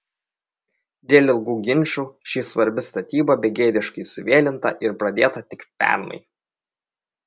dėl ilgų ginčų ši svarbi statyba begėdiškai suvėlinta ir pradėta tik pernai